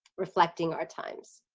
reflecting our times